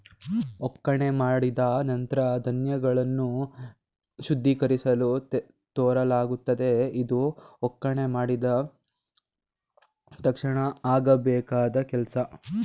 ಒಕ್ಕಣೆ ಮಾಡಿದ ನಂತ್ರ ಧಾನ್ಯಗಳನ್ನು ಶುದ್ಧೀಕರಿಸಲು ತೂರಲಾಗುತ್ತದೆ ಇದು ಒಕ್ಕಣೆ ಮಾಡಿದ ತಕ್ಷಣ ಆಗಬೇಕಾದ್ ಕೆಲ್ಸ